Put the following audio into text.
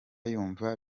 yumva